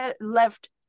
left